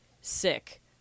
sick